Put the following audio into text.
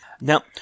Now